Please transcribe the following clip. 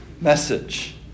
message